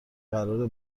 قراره